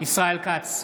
ישראל כץ,